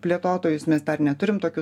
plėtotojus mes dar neturim tokių